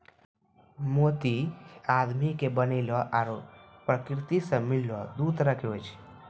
मोती आदमी के बनैलो आरो परकिरति सें मिललो दु तरह के होय छै